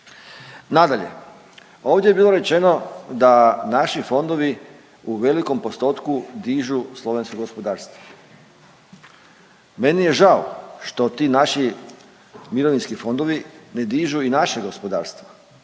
Nadalje, ovdje je bilo rečeno da naši fondovi u velikom postotku dižu slovensko gospodarstvo. Meni je žao što ti naši mirovinski fondovi ne dižu i naše gospodarstvo,